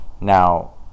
now